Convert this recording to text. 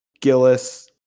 Gillis